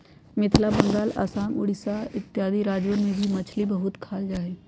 मिथिला बंगाल आसाम उड़ीसा इत्यादि राज्यवन में भी मछली बहुत खाल जाहई